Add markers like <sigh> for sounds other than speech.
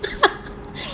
<laughs>